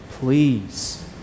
Please